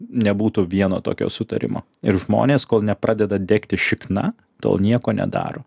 nebūtų vieno tokio sutarimo ir žmonės kol nepradeda degti šikna tol nieko nedaro